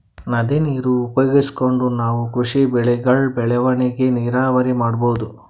ನದಿ ನೀರ್ ಉಪಯೋಗಿಸ್ಕೊಂಡ್ ನಾವ್ ಕೃಷಿ ಬೆಳೆಗಳ್ ಬೆಳವಣಿಗಿ ನೀರಾವರಿ ಮಾಡ್ಬಹುದ್